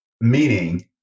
meaning